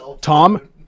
Tom